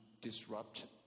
disrupt